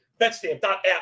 betstamp.app